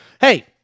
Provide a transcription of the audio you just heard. Hey